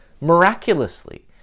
miraculously